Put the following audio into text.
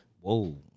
Whoa